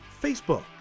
Facebook